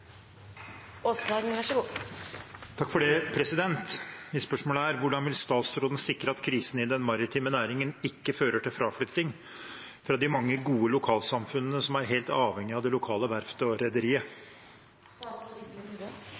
vil statsråden sikre at krisen i den maritime næringen ikke fører til fraflytting fra de mange gode lokalsamfunnene som er helt avhengige av det lokale verftet og rederiet?»